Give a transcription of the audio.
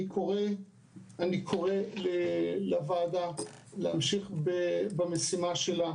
אני קורא לוועדה להמשיך במשימה שלה,